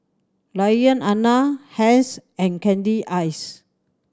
Lilianna Hence and Candyce